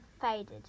faded